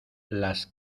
las